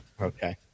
okay